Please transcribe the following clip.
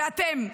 ואתם,